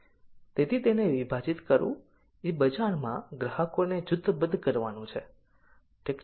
તેથી તેને વિભાજીત કરવું એ બજારમાં ગ્રાહકોને જૂથબદ્ધ કરવાનું છે ઠીક છે